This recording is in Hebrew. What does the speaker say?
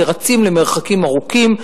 כרצים למרחקים ארוכים,